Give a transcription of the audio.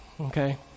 Okay